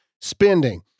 spending